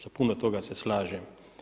Sa puno toga se slažem.